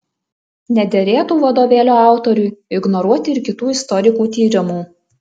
nederėtų vadovėlio autoriui ignoruoti ir kitų istorikų tyrimų